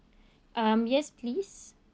um yes please